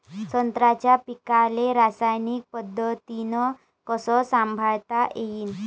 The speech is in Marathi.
संत्र्याच्या पीकाले रासायनिक पद्धतीनं कस संभाळता येईन?